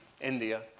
India